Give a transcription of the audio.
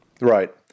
Right